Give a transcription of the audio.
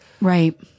Right